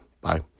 bye